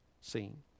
seen